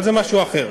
אבל זה משהו אחר.